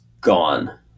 gone